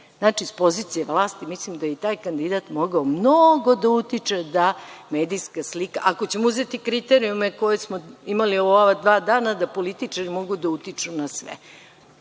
sa pozicije vlasti mislim da je i taj kandidat mogao mnogo da utiče da medijska slika, ako ćemo uzeti kriterijume koje smo imali u ova dva dana, da političari mogu da utiču na sve.